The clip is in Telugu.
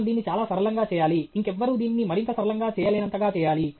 మనం దీన్ని చాలా సరళంగా చేయాలి ఇంకెవ్వర్రూ దీన్ని మరింత సరళంగా చేయలేనంతగా చేయాలి